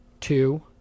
Two